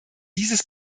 dieses